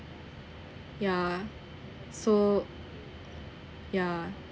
ya so ya